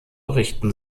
richten